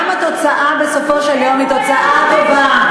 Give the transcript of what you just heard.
גם התוצאה בסופו של יום היא תוצאה טובה.